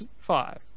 five